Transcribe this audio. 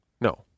No